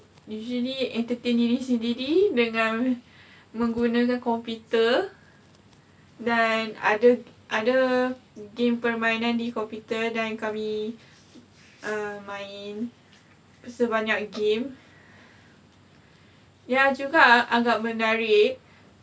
usually entertain diri sendiri dengan menggunakan komputer dan ada ada game permainan di komputer dan kami err main sebanyak mungkin ia juga agak menarik